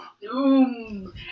Doom